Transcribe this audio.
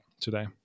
today